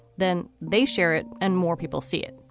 then they share it and more people see it.